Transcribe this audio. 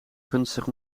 gunstig